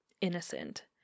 innocent